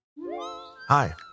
Hi